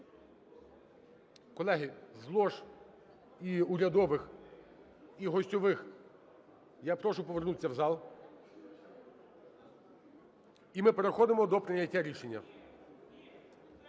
Колеги, з лож і урядових, і гостьових я прошу повернуться у зал. І ми переходимо до прийняття рішення.